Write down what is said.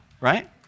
right